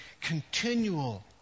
continual